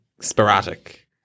sporadic